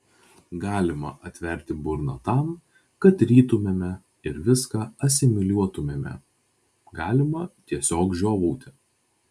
galima atverti burną tam kad rytumėme ir viską asimiliuotumėme galima tiesiog žiovauti